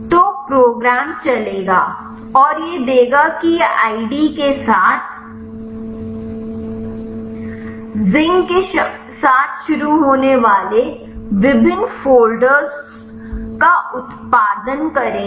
तो प्रोग्राम चलेगा और यह देगा कि यह आईडी के साथ जिंक के साथ शुरू होने वाले विभिन्न फ़ोल्डर्स का उत्पादन करेगा